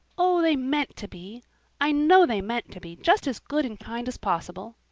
oh, they meant to be i know they meant to be just as good and kind as possible.